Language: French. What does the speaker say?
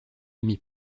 amis